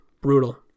Brutal